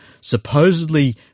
supposedly